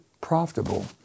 profitable